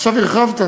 עכשיו הרחבת,